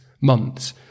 months